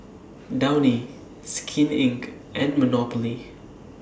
Downy Skin Inc and Monopoly